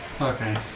Okay